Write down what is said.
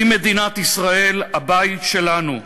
היא מדינת ישראל, הבית שלנו.